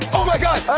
oh my god,